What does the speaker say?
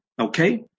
Okay